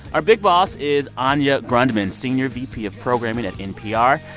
our big boss is anya grundmann, senior vp of programming at npr.